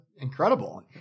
Incredible